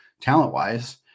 talent-wise